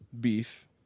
Beef